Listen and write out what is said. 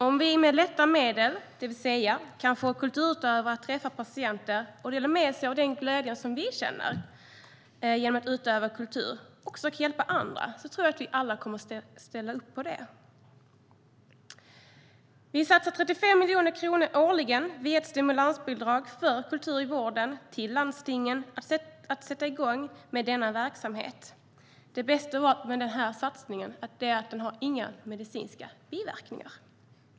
Om vi med lätta medel kan få kulturutövare att träffa patienter och dela med sig av den glädje som man känner genom att utöva kultur och hjälpa andra tror jag att vi alla kommer att ställa upp på det. Vi satsar 35 miljoner kronor årligen som ett stimulansbidrag för kultur i vården till landstingen för att de ska sätta igång med denna verksamhet. Det bästa med den här satsningen är att den inte har några medicinska biverkningar.